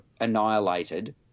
annihilated